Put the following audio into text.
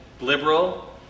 liberal